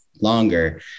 longer